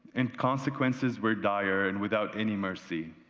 and, consequences were dire and without any mercy.